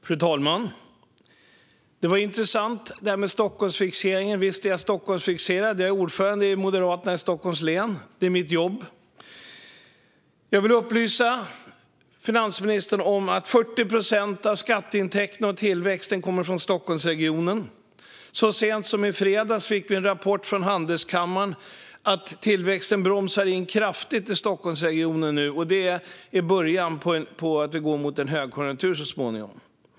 Fru talman! Det var intressant detta med Stockholmsfixeringen. Visst är jag Stockholmsfixerad. Jag är ordförande i Moderaterna i Stockholms län; det är mitt jobb. Jag vill upplysa finansministern om att 40 procent av skatteintäkterna av tillväxten kommer från Stockholmsregionen. Så sent som i fredags fick vi en rapport från Handelskammaren om att tillväxten nu bromsar in kraftigt i Stockholmsregionen och att det är början på en lågkonjunktur så småningom.